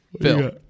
Phil